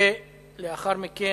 שלאחר מכן,